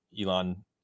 Elon